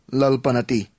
lalpanati